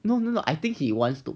no no no I think he wants to